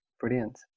Brilliant